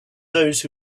those